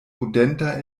prudenta